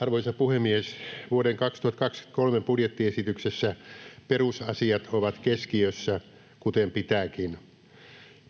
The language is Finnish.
Arvoisa puhemies! Vuoden 2023 budjettiesityksessä perusasiat ovat keskiössä, kuten pitääkin.